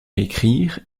écrire